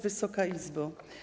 Wysoka Izbo!